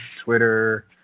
Twitter